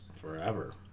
Forever